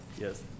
Yes